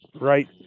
right